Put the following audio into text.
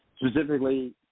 Specifically